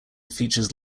features